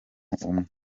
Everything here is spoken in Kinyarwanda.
umwe